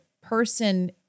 person